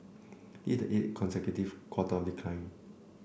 this is the consecutive quarter of decline